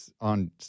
on